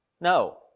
No